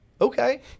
Okay